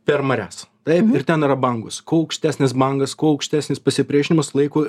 per marias taip ir ten yra bangos kuo aukštesnis bangas kuo aukštesnis pasipriešinimas laikui